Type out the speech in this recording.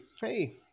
Hey